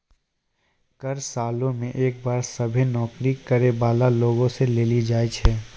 कर सालो मे एक बार सभ्भे नौकरी करै बाला लोगो से लेलो जाय छै